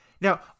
Now